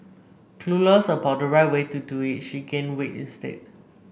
clueless about the right way to do it she gained weight instead